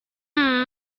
will